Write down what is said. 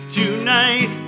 tonight